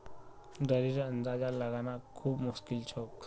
दरेर अंदाजा लगाना खूब मुश्किल छोक